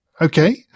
Okay